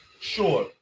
Sure